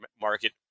market